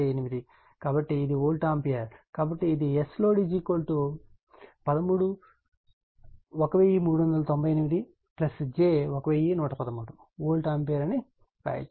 కాబట్టి ఇది Sలోడ్ 1398 j 1113 వోల్ట్ ఆంపియర్ అని వ్రాయవచ్చు